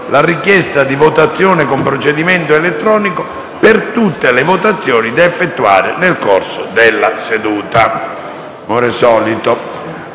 la richiesta di votazione con procedimento elettronico per tutte le votazioni da effettuare nel corso della seduta.